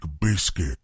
biscuit